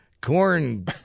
corn